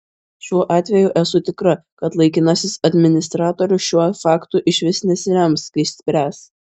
šiuo atveju esu tikra kad laikinasis administratorius šiuo faktu išvis nesirems kai spręs